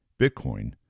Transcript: Bitcoin